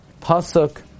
pasuk